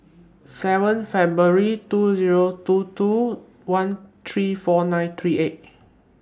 seven February two Zero two two one three four nine three eight